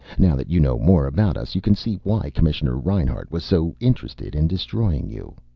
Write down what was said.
now that you know more about us you can see why commissioner reinhart was so interested in destroying you.